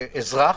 לאזרח,